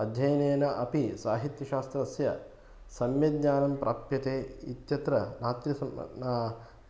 अध्ययनेन अपि साहित्यशास्त्रस्य सम्यक् ज्ञानं प्राप्यते इत्यत्र